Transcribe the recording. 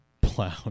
Plow